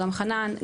גם חנן,